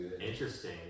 interesting